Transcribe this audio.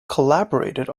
collaborated